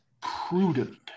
Prudent